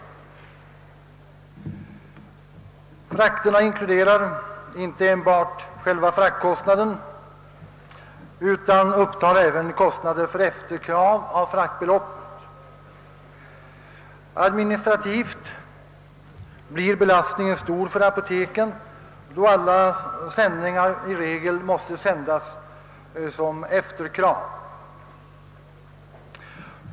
I frakterna ingår inte enbart själva fraktkostnaden utan även kostnader för efterkrav av fraktbelopp. Administrativt blir belastningen stor för apoteken, då läkemedlen i regel skickas som efterkrav.